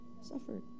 suffered